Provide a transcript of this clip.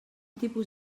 tipus